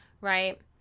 right